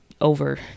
over